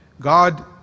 God